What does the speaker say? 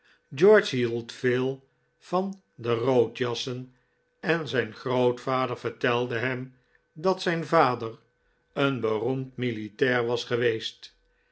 george hield veel van de roodjassen en zijn grootvader vertelde hem dat zijn vader een beroemd militair was geweest